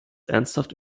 ernsthaft